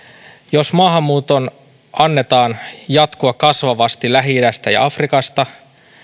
jos maahanmuuton annetaan jatkua kasvavasti lähi idästä ja afrikasta